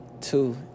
Two